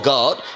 God